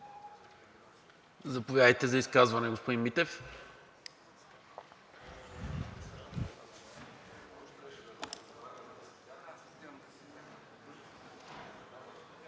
Заповядайте за изказване, господин Митев.